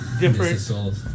different